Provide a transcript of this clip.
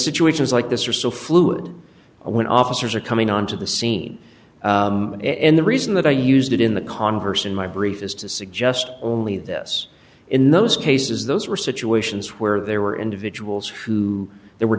situations like this are so fluid when officers are coming onto the scene and the reason that i used it in the converse in my brief is to suggest only this in those cases those were situations where there were individuals who there were